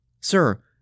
Sir